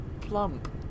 Plump